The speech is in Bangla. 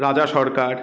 রাজা সরকার